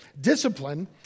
discipline